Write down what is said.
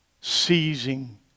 seizing